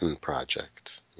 Project